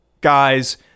guys